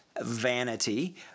vanity